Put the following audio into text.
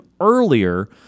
earlier